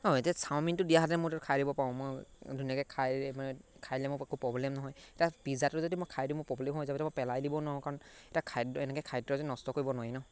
অ' এতিয়া চাওমিনটো দিয়াহেঁতেন মই তাত খাই দিব পাৰোঁ মই ধুনীয়াকৈ খাই মানে খাই লৈ মো একো প্ৰব্লেম নহয় এতিয়া পিজ্জাটো যদি মই খাই দিওঁ মোৰ প্ৰব্লেম হৈ যাব এইটো মই পেলাই দিব নোৱাৰোঁ কাৰণ এতিয়া খাদ্য এনেকৈ খাদ্য যে নষ্ট কৰিব নোৱাৰি ন